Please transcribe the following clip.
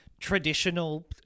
traditional